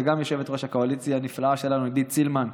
זאת גם יושבת-ראש הקואליציה הנפלאה שלנו עידית סילמן,